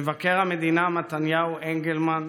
מבקר המדינה מתניהו אנגלמן,